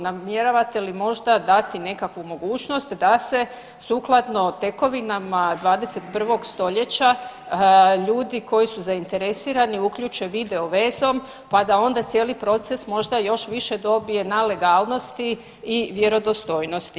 Namjeravate li možda dati nekakvu mogućnost da se sukladno tekovinama 21. stoljeća ljudi koji su zainteresirani uključe video vezom pa da onda cijeli proces možda još više dobije na legalnosti i vjerodostojnosti.